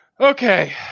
Okay